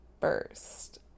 first